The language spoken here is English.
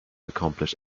accomplish